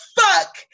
fuck